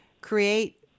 create